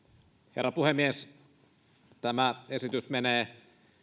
herra puhemies tämä esitys menee